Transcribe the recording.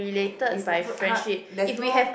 is there's no